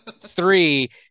three